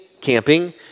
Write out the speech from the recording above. camping